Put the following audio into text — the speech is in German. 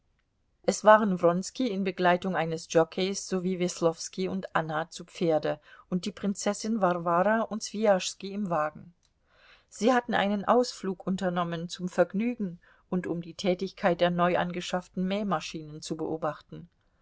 es waren wronski in begleitung eines jockeis sowie weslowski und anna zu pferde und die prinzessin warwara und swijaschski im wagen sie hatten einen ausflug unternommen zum vergnügen und um die tätigkeit der neu angeschafften mähmaschinen zu beobachten